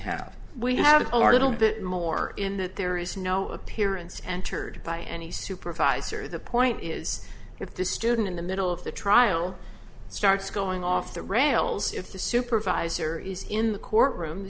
have we have our little bit more in that there is no appearance entered by any supervisor the point is if the student in the middle of the trial starts going off the rails if the supervisor is in the courtroom